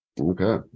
Okay